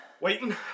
Waiting